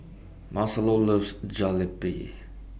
Marcelo loves Jalebi